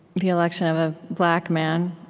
the election of a black man